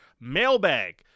mailbag